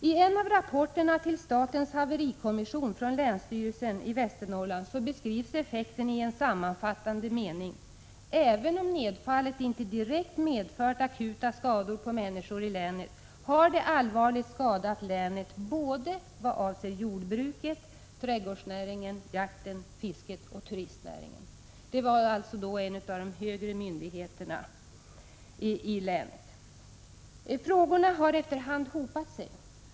I en av rapporterna till statens haverikommission från länsstyrelsen i Västernorrland beskrivs effekten i en sammanfattande mening: ”Även om nedfallet inte direkt medfört akuta skador på människor i länet, har det allvarligt skadat länet både vad avser jordbruket, trädgårdsnäringen, jakten, fisket och turistnäringen.” Den beskrivningen gav alltså en av de högre myndigheterna i länet. Frågorna har efter hand hopat sig.